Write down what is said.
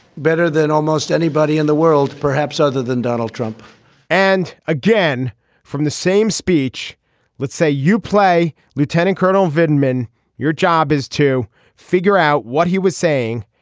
better than almost anybody in the world perhaps other than donald trump and again from the same speech let's say you play lieutenant colonel veneman your job is to figure out what he was saying.